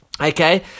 Okay